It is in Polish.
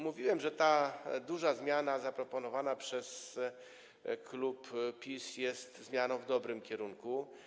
Mówiłem, że ta duża zmiana zaproponowana przez klub PiS jest zmianą w dobrym kierunku.